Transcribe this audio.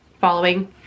following